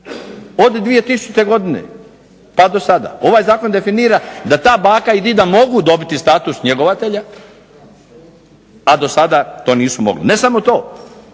Od 2000. pa do sada ovaj zakon definira da ta baka i dida mogu dobiti status njegovatelja, a do sada to nisu mogli. Ne samo to,